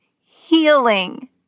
healing